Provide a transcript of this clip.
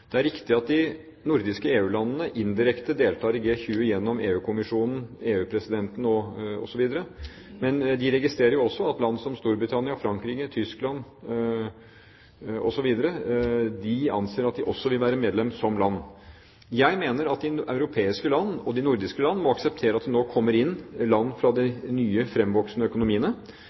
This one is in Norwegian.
Det er riktig at de nordiske EU-landene indirekte deltar i G20 gjennom EU-kommisjonen, EU-presidenten osv., men de registrerer jo også at land som Storbritannia, Frankrike, Tyskland osv. vil være medlem som land. Jeg mener at de europeiske land og de nordiske land må akseptere at det nå kommer inn land fra de nye, fremvoksende økonomiene.